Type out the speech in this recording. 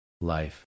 life